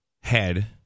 head